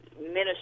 minister